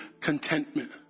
contentment